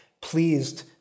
pleased